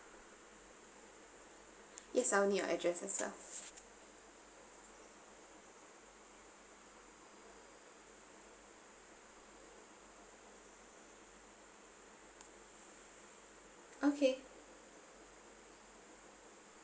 yes I'll need your address as well okay